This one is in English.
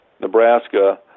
Nebraska